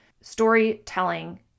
Storytelling